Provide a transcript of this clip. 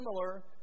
similar